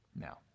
Now